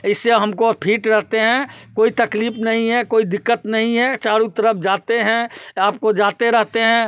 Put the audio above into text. इससे हमको फिट रहते हैं कोई तकलीफ़ नहीं है कोई दिक़्क़त नहीं है चारों तरफ़ जाते हैं आपको जाते रहते हैं